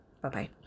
Bye-bye